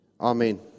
Amen